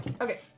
Okay